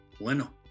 Bueno